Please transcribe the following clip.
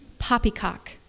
poppycock